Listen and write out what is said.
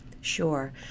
Sure